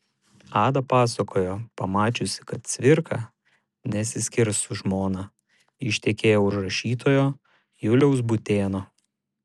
ada pasakojo pamačiusi kad cvirka nesiskirs su žmona ištekėjo už rašytojo juliaus būtėno